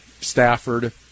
Stafford